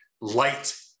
light